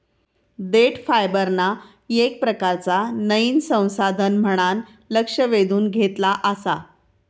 देठ फायबरना येक प्रकारचा नयीन संसाधन म्हणान लक्ष वेधून घेतला आसा